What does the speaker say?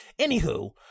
anywho